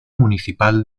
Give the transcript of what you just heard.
municipal